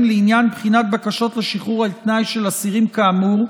לעניין בחינת בקשות לשחרור על תנאי של אסירים כאמור,